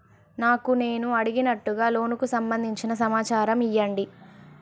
నాకు నేను అడిగినట్టుగా లోనుకు సంబందించిన సమాచారం ఇయ్యండి?